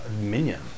Minion